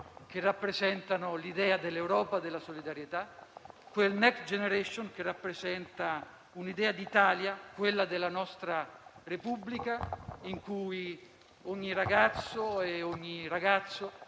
che rappresenta l'idea dell'Europa della solidarietà. Quel Next generation EU che rappresenta un'idea d'Italia, quella della nostra Repubblica, in cui ogni ragazza e ogni ragazzo